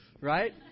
Right